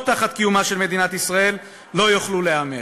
תחת קיומה של מדינת ישראל לא יוכלו להיאמר.